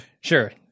Sure